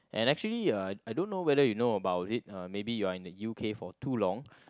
and actually uh I don't know whether you know about it uh maybe you're in the U_K for too long